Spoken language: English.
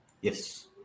Yes